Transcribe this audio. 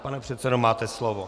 Pane předsedo, máte slovo.